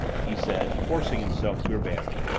he said, forcing himself to urbanity,